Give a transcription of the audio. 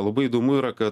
labai įdomu yra kad